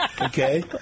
Okay